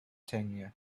tangier